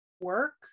work